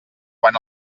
quan